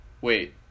Wait